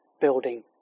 building